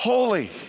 Holy